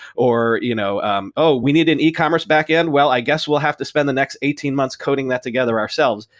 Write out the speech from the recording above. or you know um oh, we need an e-commerce back-end? well, i guess we'll have to spend the next eighteen months coding that together ourselves.